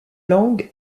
lang